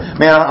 man